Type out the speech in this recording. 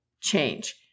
change